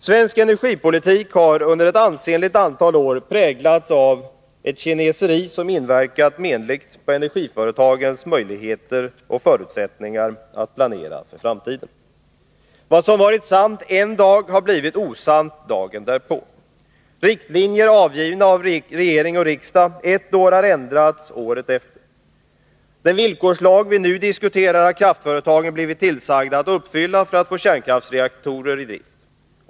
Svensk energipolitik har under ett ansenligt antal år präglats av ett kineseri som inverkat menligt på energiföretagens möjligheter och förutsättningar att planera för framtiden. Vad som varit sant en dag har blivit osant dagen därpå. Riktlinjer avgivna av regering och riksdag ett år har ändrats året efter. Den villkorslag som vi nu diskuterar har kraftföretagen blivit tillsagda att följa för att få ta kärnkraftsreaktorer i drift.